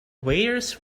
weirdest